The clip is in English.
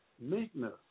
Meekness